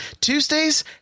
Tuesdays